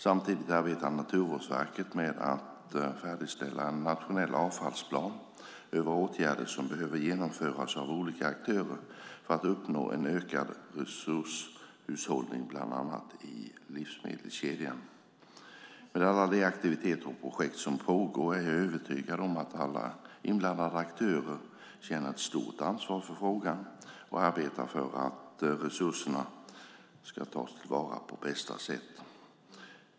Samtidigt arbetar Naturvårdsverket med att färdigställa en nationell avfallsplan över åtgärder som behöver genomföras av olika aktörer för att uppnå en ökad resurshushållning bland annat i livsmedelskedjan. Med alla de aktiviteter och projekt som pågår är jag övertygad om att alla inblandade aktörer känner ett stort ansvar för frågan och arbetar för att resurserna ska tas till vara på bästa sätt.